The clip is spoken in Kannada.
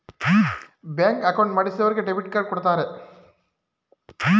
ಬ್ಯಾಂಕ್ ಅಕೌಂಟ್ ಮಾಡಿಸಿದರಿಗೆ ಡೆಬಿಟ್ ಕಾರ್ಡ್ ಕೊಡ್ತಾರೆ